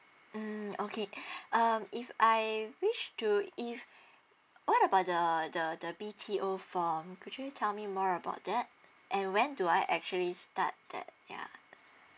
um okay uh if I wish to if what about the the the B_T_O form could you tell me more about that and when do I actually start that ya